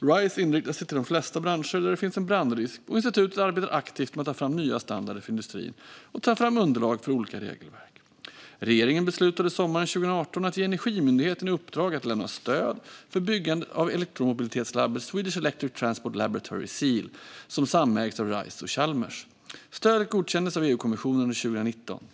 Rise riktar sig till de flesta branscher där det finns en brandrisk, och institutet arbetar aktivt med att ta fram nya standarder för industrin samt underlag för olika regelverk. Regeringen beslutade sommaren 2018 att ge Energimyndigheten i uppdrag att lämna stöd för bygget av elektromobilitetslabbet Swedish Electric Transport Laboratory, Seel, som samägs av Rise och Chalmers. Stödet godkändes av EU-kommissionen under 2019.